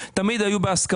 תמיד רוב הדברים היו בהסכמות,